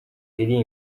iri